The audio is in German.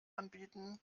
anbieten